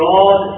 God